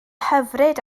hyfryd